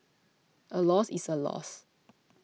a loss is a loss